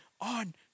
on